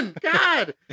god